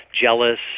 jealous